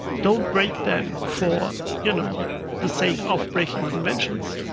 don't break them for you know the sake of breaking conventions.